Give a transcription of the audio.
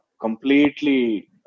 completely